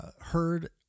heard